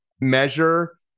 measure